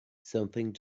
something